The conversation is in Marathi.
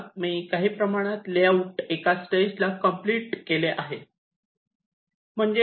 समजा मी काही प्रमाणात लेआउट एका स्टेजला कम्प्लिट केले आहे आहे